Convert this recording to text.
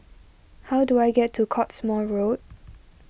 how do I get to Cottesmore Road